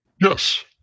Yes